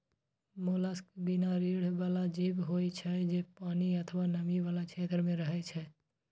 mollusc बिना रीढ़ बला जीव होइ छै, जे पानि अथवा नमी बला क्षेत्र मे रहै छै